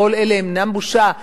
כל אלה אינם בושה,